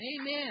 Amen